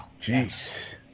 Jeez